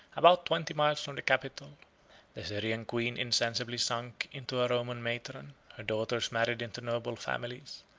about twenty miles from the capital the syrian queen insensibly sunk into a roman matron, her daughters married into noble families,